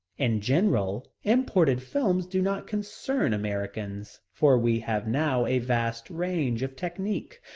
in general, imported films do not concern americans, for we have now a vast range of technique.